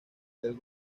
del